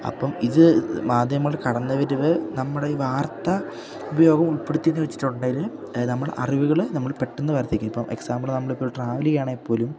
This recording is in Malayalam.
അപ്പം ഇത് മാധ്യമങ്ങളുടെ കടന്നുവരവ് നമ്മുടെ ഈ വാർത്ത ഉപയോഗം ഉൾപ്പെടുത്തിയെന്ന് വെച്ചിട്ടുണ്ടെങ്കില് നമ്മുടെ അറിവുകള് പെട്ടെന്ന് വർദ്ധിക്കും ഇപ്പം എക്സാമ്പിള് നമ്മളിപ്പോൾ ട്രാവല് ചെയ്യുകയാണെങ്കില്പ്പോലും